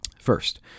First